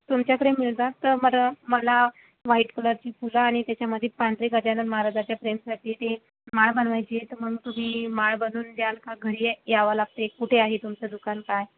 तुमच्याकडे मिळतात का बरं मला व्हाईट कलरची फुलं आनि त्याच्यामध्ये पांढरी गजानन महाराजांच्या फ्रेमसाठी ते माळ बनवायची आहे तर म्हणून तुम्ही माळ बनवून द्याल का घरी या यावं लागते कुठे आहे तुमचं दुकान काय